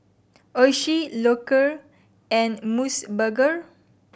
Oishi Loacker and Mos Burger